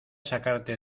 sacarte